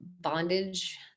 bondage